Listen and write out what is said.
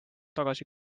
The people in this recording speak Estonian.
tagasi